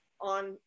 on